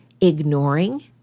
ignoring